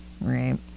right